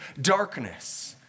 darkness